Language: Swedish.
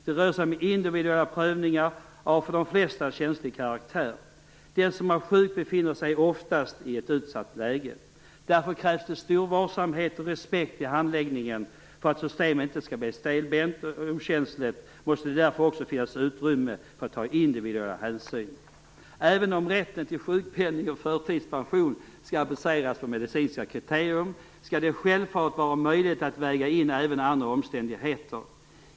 Det rör sig om individuella prövningar av, för de flesta, känslig karaktär. Den som är sjuk befinner sig oftast i ett utsatt läge. Därför krävs det stor varsamhet och respekt i handläggningen. För att systemet inte skall bli stelbent och okänsligt, måste det därför också finnas utrymme för att ta individuella hänsyn. Även om rätten till sjukpenning och förtidspension skall baseras på medicinska kriterier, skall det självfallet vara möjligt att väga in även andra omständigheter.